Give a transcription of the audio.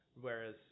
whereas